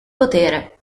potere